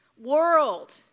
World